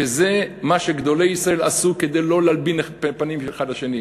שזה מה שגדולי ישראל עשו כדי לא להלבין פנים אחד של השני.